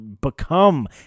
become